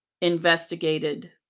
investigated